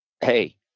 Hey